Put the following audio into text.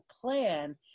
plan